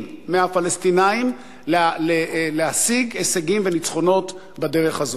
מהפלסטינים להשיג הישגים וניצחונות בדרך הזאת.